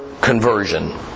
conversion